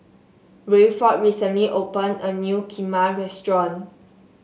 Rayford recently opened a new Kheema restaurant